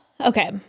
Okay